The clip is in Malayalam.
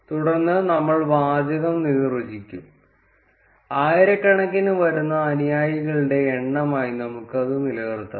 തുടർന്ന് നമ്മൾ വാചകം നിർവ്വചിക്കും ആയിരക്കണക്കിന് വരുന്ന അനുയായികളുടെ എണ്ണമായി നമുക്ക് അത് നിലനിർത്താം